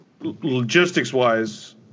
logistics-wise